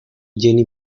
jenny